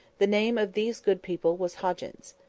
the name of these good people was hoggins.